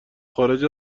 خارج